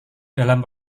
dalam